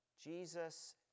Jesus